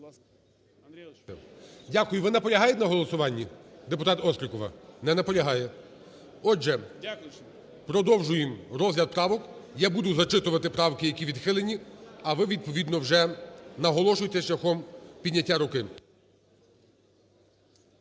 Дякую. Ви наполягаєте на голосуванні, депутатОстрікова? Не наполягає. Отже, продовжуємо розгляд правок. Я буду зачитувати правки, які відхилені, а ви відповідно вже наголошуйте шляхом підняття руки.